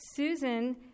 Susan